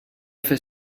fer